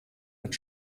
mit